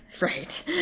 right